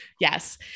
Yes